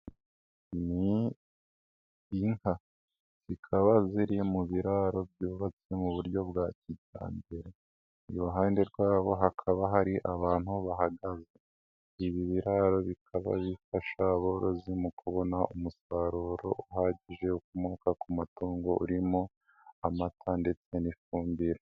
Ni inka zikaba ziri mu biraro byubatswe mu buryo bwa kijyambere, iruhande rwabo hakaba hari abantu bahagaze. Ibi biraro bikaba bifasha aborozi mu kubona umusaruro uhagije ukomoka ku matungo urimo amata ndetse n'ifumbire.